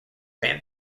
fan